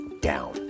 down